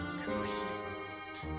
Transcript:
complete